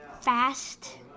fast